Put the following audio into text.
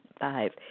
Five